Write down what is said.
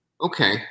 okay